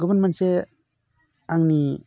गुबुन मोनसे आंनि